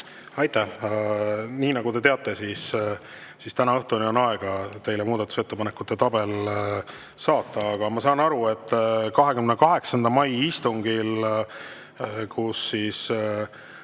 Aitäh! Nagu te teate, täna õhtuni on aega teile muudatusettepanekute tabel saata. Aga ma saan aru, et 28. mai istungil, kus